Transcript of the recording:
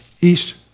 east